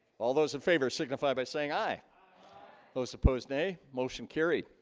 all those in favor signify by saying aye those opposed nay motion carried